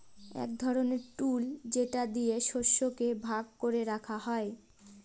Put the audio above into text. এক ধরনের টুল যেটা দিয়ে শস্যকে ভাগ করে রাখা হয়